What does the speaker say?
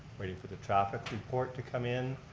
waiting for the traffic report to come in.